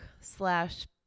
slash